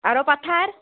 আৰু পঠাৰ